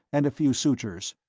and a few sutures.